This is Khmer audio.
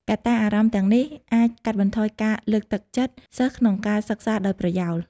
កត្តាអារម្មណ៍ទាំងនេះអាចកាត់បន្ថយការលើកទឹកចិត្តសិស្សក្នុងការសិក្សាដោយប្រយោល។